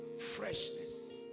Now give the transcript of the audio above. freshness